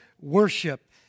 worship